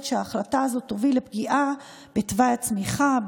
שההחלטה הזאת תוביל לפגיעה בתוואי הצמיחה,